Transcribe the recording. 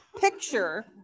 picture